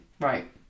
Right